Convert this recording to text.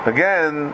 Again